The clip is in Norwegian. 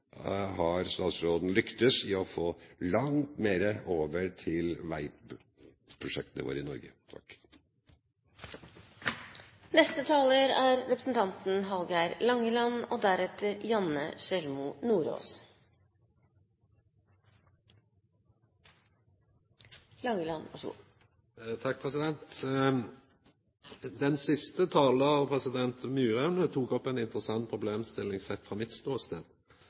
har statsråden lyktes i å få langt mer over til veiprosjektene våre i Norge. Den siste talaren, Myraune, tok opp ei interessant problemstilling sett